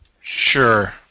sure